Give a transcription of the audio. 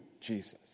Jesus